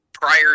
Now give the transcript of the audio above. Prior